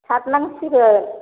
सारनांसिगोन